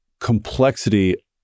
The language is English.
complexity